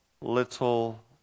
little